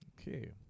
Okay